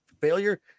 failure